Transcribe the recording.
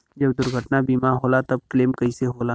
जब दुर्घटना बीमा होला त क्लेम कईसे होला?